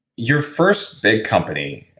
your first big company,